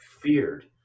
feared